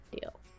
Deal